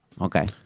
Okay